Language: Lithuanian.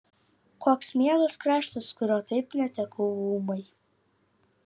koks mielas kraštas kurio taip netekau ūmai